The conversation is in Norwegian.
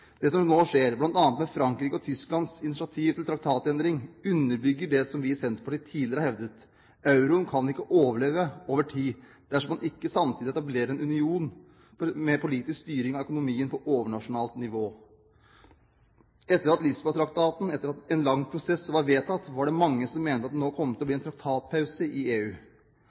Det som nå skjer, bl.a. Frankrikes og Tysklands initiativ til traktatendring, underbygger det vi i Senterpartiet tidligere har hevdet: Euroen kan ikke overleve over tid dersom man ikke samtidig etablerer en union for mer politisk styring av økonomien på overnasjonalt nivå. Etter at Lisboa-traktaten etter en lang prosess var vedtatt, var det mange som mente at det nå kom til å bli en traktatpause i EU,